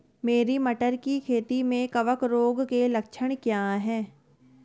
मेरी मटर की खेती में कवक रोग के लक्षण क्या हैं?